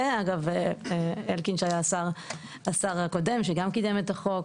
ואגב, אלקין שהיה השר הקודם שגם קידם את החוק.